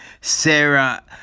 Sarah